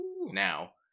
now